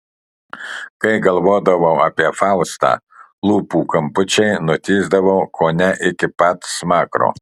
kai galvodavau apie faustą lūpų kampučiai nutįsdavo kone iki pat smakro